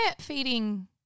feeding